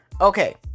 okay